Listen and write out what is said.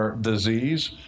disease